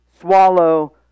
swallow